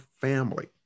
family